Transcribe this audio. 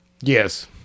Yes